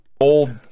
old